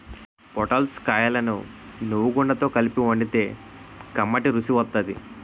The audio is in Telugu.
పొటల్స్ కాయలను నువ్వుగుండతో కలిపి వండితే కమ్మటి రుసి వత్తాది